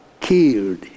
killed